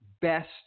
best